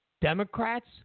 Democrats